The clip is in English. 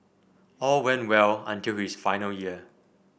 all went well until his final year